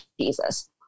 Jesus